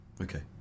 Okay